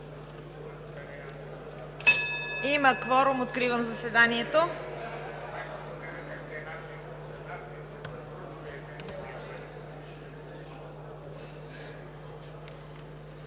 Имаме кворум – откривам заседанието.